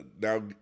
now